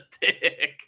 dick